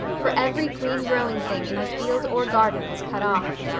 for every green growing thing in the field or garden was cut off.